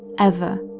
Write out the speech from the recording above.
ever.